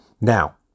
Now